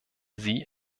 sie